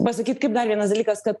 pasakyt kaip dar vienas dalykas kad